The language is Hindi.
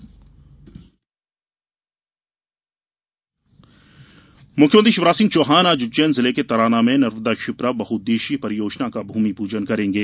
नर्मदा लिंक मुख्यमंत्री शिवराज सिंह चौहान आज उज्जैन जिले के तराना में नर्मदा शिप्रा बहुउद्देशीय परियोजना का भूमिपूजन करेंगे